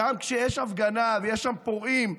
גם כשיש הפגנה ויש שם פורעים,